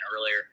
earlier